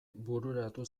bururatu